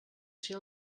ser